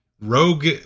rogue